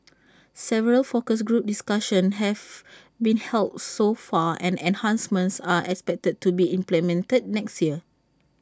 several focus group discussions have been held so far and enhancements are expected to be implemented next year